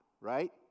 right